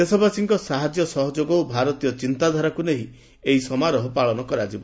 ଦେଶବାସୀଙ୍କ ସାହାଯ୍ୟ ସହଯୋଗ ଓ ଭାରତୀୟ ଚିନ୍ତାଧାରାକୁ ନେଇ ଏହି ସମାରୋହ ପାଳନ କରାଯିବ